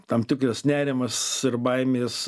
tam tikras nerimas ir baimės